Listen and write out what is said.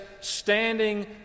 standing